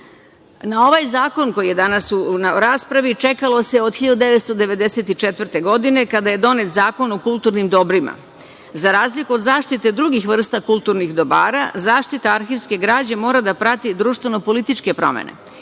ovaj zakon, koji je danas na raspravi, čekalo se od 1994. godine, kada je donet Zakon o kulturnim dobrima. Za razliku od zaštite drugih vrsta kulturnih dobara, zaštita arhivske građe mora da prati društveno-političke promene.